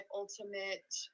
ultimate